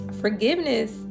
Forgiveness